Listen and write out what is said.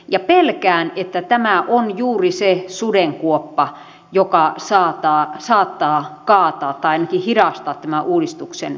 ja pelkään että tämä on juuri se sudenkuoppa joka saattaa kaataa tai ainakin hidastaa tämän uudistuksen toteutumisen